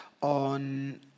on